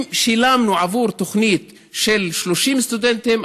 אם שילמנו עבור תוכנית של 30 סטודנטים,